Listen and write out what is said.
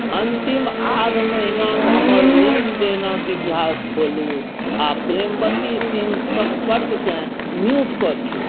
अन्तिम आध महिनाके हमर लेनदेनके इतिहास खोलू आओर प्रेमवती सिंह सम्पर्कके म्यूट कऽ दिऔ